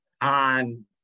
on